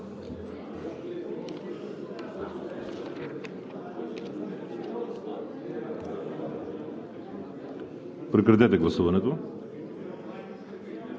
Прекратете гласуването